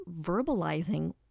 verbalizing